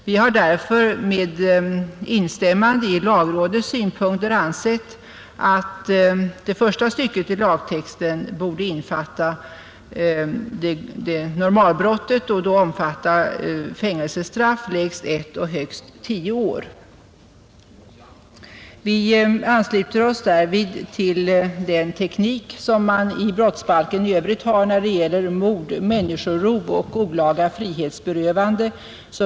Vi har därför, med instämmande i lagrådets synpunkter, ansett att det första stycket i lagtexten borde innefatta normalbrottet och då omfatta fängelsestraff med lägst ett och högst tio år. Vi ansluter oss därvid till den teknik som man i brottsbalken i övrigt använder när det gäller mord, människorov och olaga frihetsberövande.